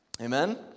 Amen